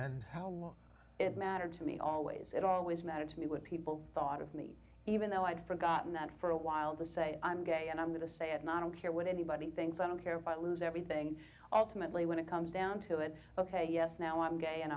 and how it mattered to me always it always mattered to me what people thought of me even though i'd forgotten that for a while to say i'm gay and i'm going to say it not on here when anybody thinks i don't care if i lose everything alternately when it comes down to it ok yes now i'm gay and